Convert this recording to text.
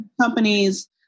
Companies